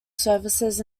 services